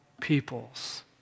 peoples